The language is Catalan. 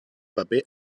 paper